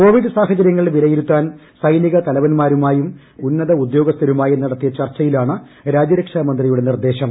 Covid സാഹചര്യങ്ങൾ വിലയിരുത്താൻ സൈനിക തലവൻമാരുമായും ഉന്നത ഉദ്യോഗസ്ഥരുമായും നടത്തിയ ചർച്ചയിലാണ് രാജ്യരക്ഷാമന്ത്രിയുടെ നിർദ്ദേശം